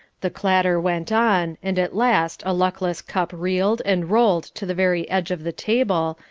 the clatter went on, and at last a luckless cup reeled, and rolled to the very edge of the table,